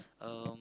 um